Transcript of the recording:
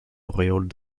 auréole